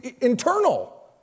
internal